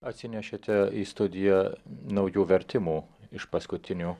atsinešėte į studiją naujų vertimų iš paskutinių